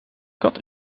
kat